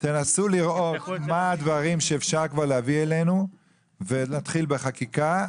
תנסו לראות מה הדברים שאפשר כבר להביא אלינו ונתחיל בחקיקה,